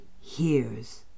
hears